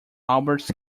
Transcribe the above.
albert